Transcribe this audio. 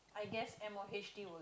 I guess M O H D will